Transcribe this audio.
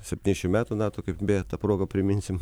septyniasdešim metų nato kaip beje ta proga priminsim